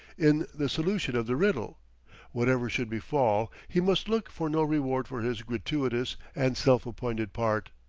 in the solution of the riddle whatever should befall, he must look for no reward for his gratuitous and self-appointed part.